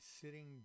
sitting